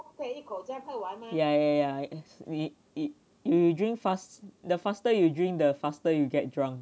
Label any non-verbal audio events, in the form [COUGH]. ya ya ya [NOISE] you drink fast the faster you drink the faster you get drunk